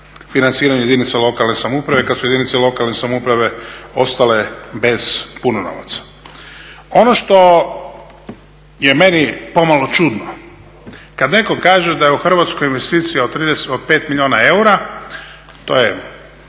financiranju jedinica lokalne samouprave kada su jedinice lokalne samouprave ostale bez puno novaca. Ono što je meni pomalo čudno kada netko kaže da je u Hrvatskoj od 5 milijuna eura, to je po